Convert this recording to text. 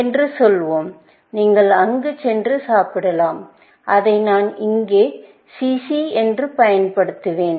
என்று சொல்வோம் நீங்கள் அங்கு சென்று சாப்பிடலாம் அதை நான் இங்கே CC என்று பயன்படுத்துவேன்